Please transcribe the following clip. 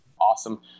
awesome